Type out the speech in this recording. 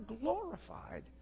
glorified